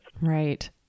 Right